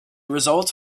results